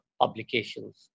publications